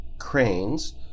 cranes